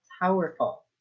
powerful